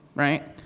right?